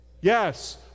Yes